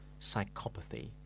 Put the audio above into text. Psychopathy